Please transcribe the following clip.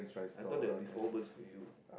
I thought they'll before bird for you